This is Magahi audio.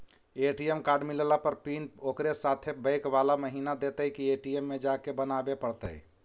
ए.टी.एम कार्ड मिलला पर पिन ओकरे साथे बैक बाला महिना देतै कि ए.टी.एम में जाके बना बे पड़तै?